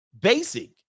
Basic